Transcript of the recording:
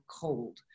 cold